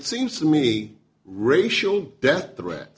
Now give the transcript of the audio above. it seems to me racial death threat